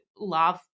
love